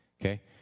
Okay